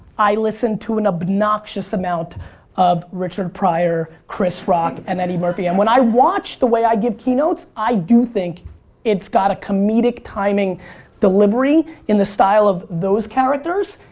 i listened to an obnoxious amount of richard pryor, chris rock and eddie murphy, and when i watch the way i give keynotes, i do think it's got a comedic timing delivery, in the style of those characters,